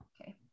okay